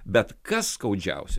bet kas skaudžiausia